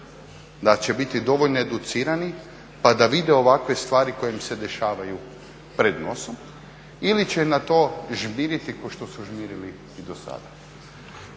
da će biti dovoljno educirani pa da vide ovakve stvari koje im se dešavaju pred nosom ili će na to žmiriti ko što su žmirili i do sada.